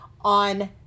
on